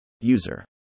User